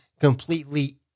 completely